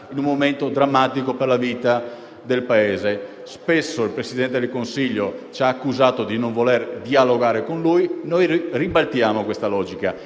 in un momento drammatico per la vita del Paese. Spesso il Presidente del Consiglio ci ha accusati di non voler dialogare con lui. Noi ribaltiamo questa logica: